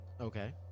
Okay